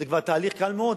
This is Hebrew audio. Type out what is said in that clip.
זה כבר תהליך קל מאוד,